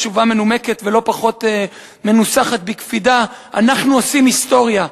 תשובה מנומקת ולא פחות מנוסחת בקפידה: "אנחנו עושים היסטוריה.